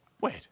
wait